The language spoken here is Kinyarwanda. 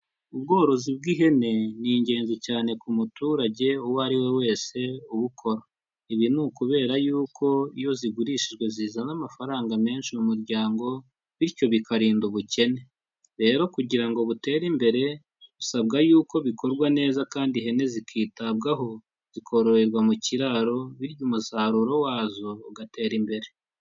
Ubworozi bw'ihene ni ingenzi cyane ku muturage uwo ariwe wese ubukora, ibi ni ukubera yuko iyo zigurishijwe zizana amafaranga menshi mu muryango bityo bikarinda ubukene, rero kugira ngo butere imbere usabwa yuko bikorwa neza kandi ihene zikitabwaho zikoroherwa mu kiraro bityo umusaruro wazo ugatera imbere.